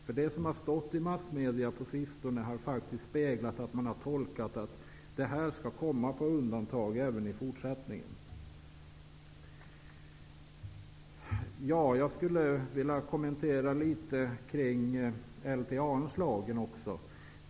Vad man kunnat läsa i massmedia på sistone tyder på att man ansett att detta skall komma på undantag även i fortsättningen.